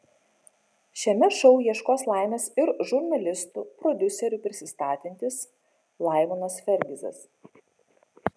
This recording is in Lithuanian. šiame šou ieškos laimės ir žurnalistu prodiuseriu prisistatantis laimonas fergizas